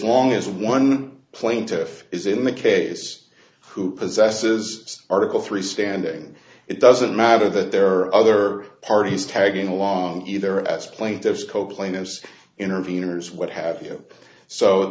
long as one plaintiff is in the case who possesses article three standing it doesn't matter that there are other parties tagging along either as plaintiffs co plaintiffs interveners what have you so